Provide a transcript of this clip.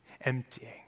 emptying